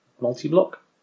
multi-block